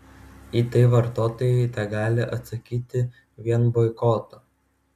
į tai vartotojai tegali atsakyti vien boikotu